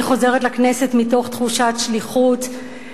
אני חוזרת לכנסת מתוך תחושת שליחות,